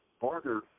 Barter